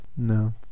No